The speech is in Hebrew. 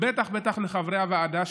בטח ובטח לחברי הוועדה,